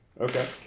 Okay